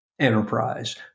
enterprise